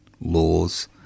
laws